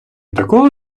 такого